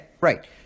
right